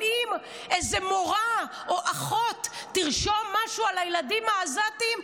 אבל אם איזו מורה או אחות תרשום משהו על הילדים העזתים,